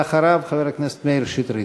ואחריו, חבר הכנסת מאיר שטרית.